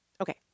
Okay